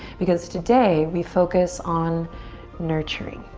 because today we focus on nurturing.